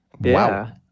wow